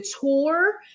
tour